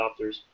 adopters